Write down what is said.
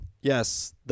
Yes